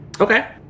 Okay